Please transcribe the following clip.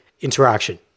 interaction